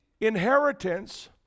inheritance